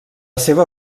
seva